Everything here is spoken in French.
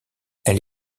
elle